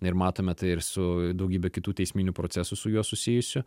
ir matome tai ir su daugybe kitų teisminių procesų su juo susijusių